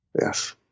Yes